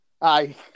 aye